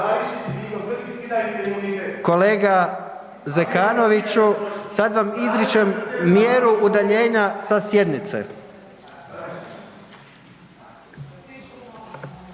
Kolega Zekanoviću, sad vam izričem mjeru udaljenja sa sjednice.